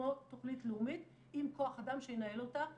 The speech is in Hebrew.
כמו תכנית לאומית עם כוח אדם שינהל אותה.